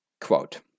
Quote